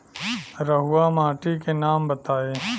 रहुआ माटी के नाम बताई?